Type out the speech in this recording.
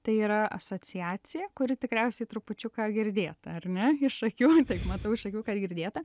tai yra asociacija kuri tikriausiai trupučiuką girdėta ar ne iš akių taip matau iš akių kad girdėta